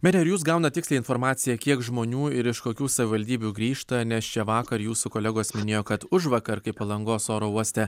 mere ar jūs gaunat tikslią informaciją kiek žmonių ir iš kokių savivaldybių grįžta nes čia vakar jūsų kolegos minėjo kad užvakar kai palangos oro uoste